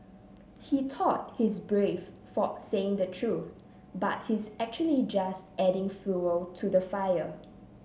he thought he's brave for saying the truth but he's actually just adding fuel to the fire